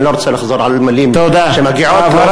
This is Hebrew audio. אני לא רוצה לחזור על המילים שמגיעות לו.